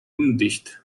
undicht